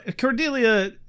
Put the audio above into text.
Cordelia